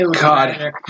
God